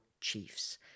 chiefs